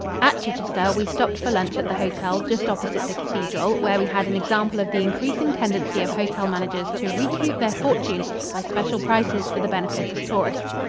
at chichester we stopped for lunch at the hotel, just opposite the cathedral, where we had an example of the increasing tendency of hotel managers to recoup their fortunes by special prices for the benefit of tourists.